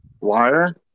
wire